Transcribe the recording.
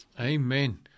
Amen